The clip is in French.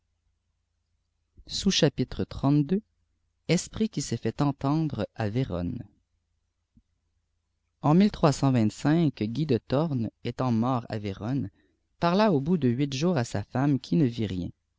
esprit qui s'est fait mttndn à vérone en étant mort à vérone parla au bout de huit jours à sa femme qui ne vit ri